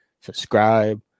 subscribe